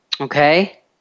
Okay